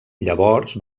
llavors